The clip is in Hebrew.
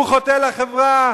הוא חוטא לחברה?